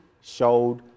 showed